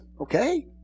Okay